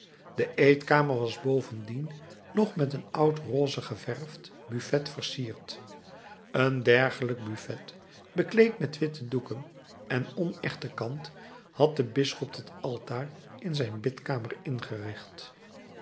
de eetkamer was bovendien nog met een oud rose geverfd buffet versierd een dergelijk buffet bekleed met witte doeken en onechte kant had de bisschop tot altaar in zijn bidkamer ingericht